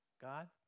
God